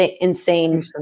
insane